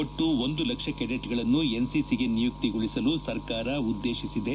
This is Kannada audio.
ಒಟ್ಟು ಒಂದು ಲಕ್ಷ ಕೆಡೆಟ್ಗಳನ್ನು ಎನ್ಸಿಸಿಗೆ ನಿಯುಕ್ತಿಗೊಳಿಸಲು ಸರ್ಕಾರ ಉದ್ಗೇಶಿಸಿದೆ